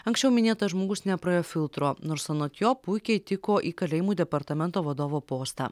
anksčiau minėtas žmogus nepraėjo filtro nors anot jo puikiai tiko į kalėjimų departamento vadovo postą